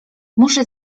muszę